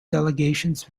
delegations